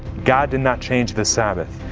god did not change the sabbath.